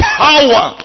power